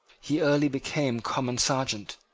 he early became common serjeant,